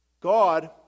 God